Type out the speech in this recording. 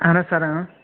اہن حظ سَر